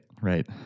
right